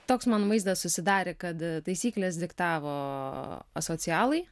toks man vaizdas susidarė kad taisykles diktavo asocialai